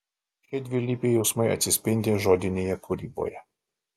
šie dvilypiai jausmai atsispindi žodinėje kūryboje